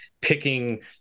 picking